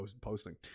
posting